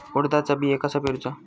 उडदाचा बिया कसा पेरूचा?